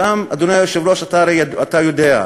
שם, אדוני היושב-ראש, אתה הרי, אתה יודע,